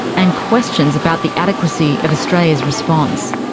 and questions about the adequacy of australia's response.